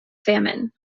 famine